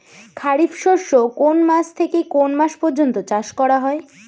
খারিফ শস্য কোন মাস থেকে কোন মাস পর্যন্ত চাষ করা হয়?